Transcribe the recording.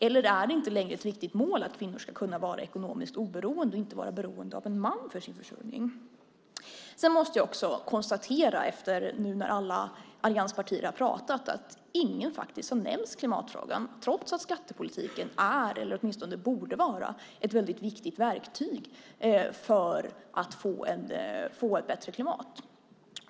Eller är det inte längre ett viktigt mål att kvinnor ska kunna vara ekonomiskt oberoende, inte vara beroende av en man för sin försörjning? Nu när ni från alla allianspartierna varit uppe och talat måste jag konstatera att ingen nämnt klimatfrågan trots att skattepolitiken är, eller åtminstone borde vara, ett väldigt viktigt verktyg för att få ett bättre klimat.